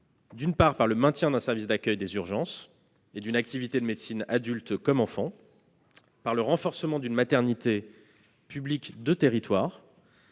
et de qualité : maintien d'un service d'accueil des urgences et d'une activité de médecine pour adultes et enfants ; renforcement d'une maternité publique de territoire,